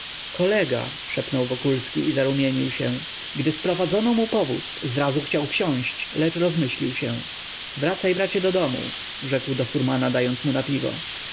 kolega szepnął wokulski i zarumienił się gdy sprowadzono mu powóz zrazu chciał wsiąść lecz rozmyślił się wracaj bracie do domu rzekł do furmana dając mu na piwo